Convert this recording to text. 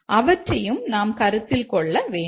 அவற்றையும் நாம் கருத்தில் கொள்ள வேண்டும்